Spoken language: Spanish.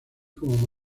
como